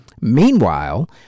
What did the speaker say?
Meanwhile